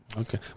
Okay